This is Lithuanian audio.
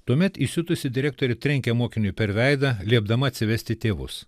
tuomet įsiutusi direktorė trenkė mokiniui per veidą liepdama atsivesti tėvus